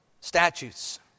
statutes